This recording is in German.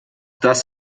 das